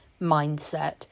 mindset